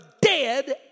dead